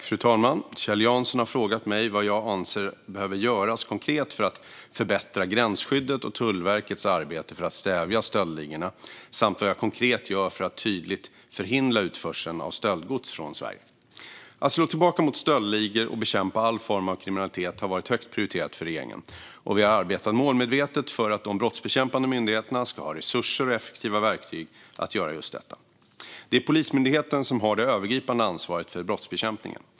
Fru talman! Kjell Jansson har frågat mig vad jag anser behöver göras konkret för att förbättra gränsskyddet och Tullverkets arbete för att stävja stöldligorna samt vad jag konkret gör för att tydligt förhindra utförseln av stöldgods från Sverige. Att slå tillbaka mot stöldligor och bekämpa all form av kriminalitet har varit högt prioriterat för regeringen, och vi har arbetat målmedvetet för att de brottsbekämpande myndigheterna ska ha resurser och effektiva verktyg att göra just detta. Det är Polismyndigheten som har det övergripande ansvaret för brottsbekämpningen.